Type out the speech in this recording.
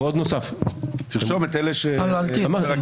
אל תהיה ציני.